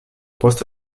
post